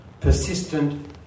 Persistent